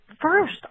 First